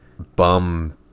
bum